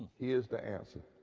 here's the answer,